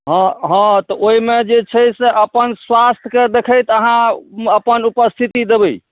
हँ हँ तऽ ओहिमे जे छै से अपन स्वास्थ्यके देखैत अहाँ अपन उपस्थिति देबै